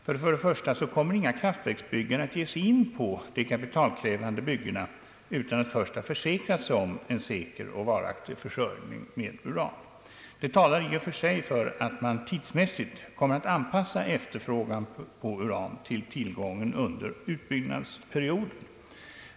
För det första kommer inga kraftverksbyggare att ge sig in på de kapitalkrävande byggena utan att först ha försäkrat sig om en säker och varaktig försörjning med uran. Det talar i och för sig för att man tidsmässigt kommer att anpassa efterfrågan på uran till tillgången under utbyggnadsperioden.